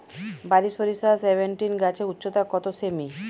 বারি সরিষা সেভেনটিন গাছের উচ্চতা কত সেমি?